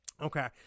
okay